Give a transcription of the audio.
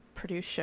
produce